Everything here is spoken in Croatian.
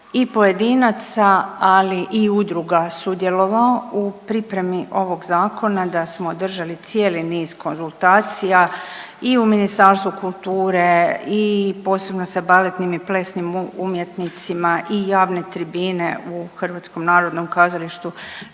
i pojedinaca, ali i udruga sudjelovao u pripremi ovog zakona, da smo održali cijeli niz konzultacija i u Ministarstvu kulture i posebno sa baletnim i plesnim umjetnicima i javne tribine u HNK na kojem su